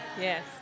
Yes